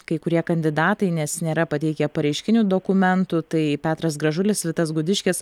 kai kurie kandidatai nes nėra pateikė pareiškinių dokumentų tai petras gražulis vitas gudiškis